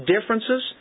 differences